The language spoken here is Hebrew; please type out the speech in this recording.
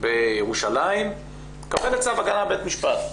בירושלים מקבלת צו הגנה מבית המשפט.